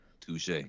Touche